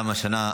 וגם השנה,